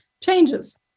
changes